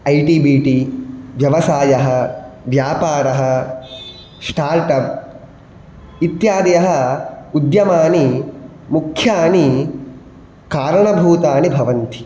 ऐटिबिटि व्यवसायः व्यापारः स्टार्टप् इत्यादयः उद्यमानि मुख्यानि कारणभूतानि भवन्ति